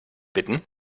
bitten